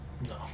No